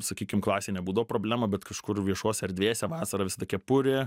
sakykim klasinėj nebūdavo problema bet kažkur viešose erdvėse vasarą visada kepurė